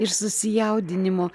iš susijaudinimo